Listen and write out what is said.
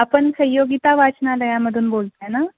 आपण संयोगिता वाचनालयामधून बोलताय ना